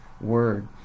word